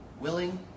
willing